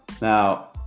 Now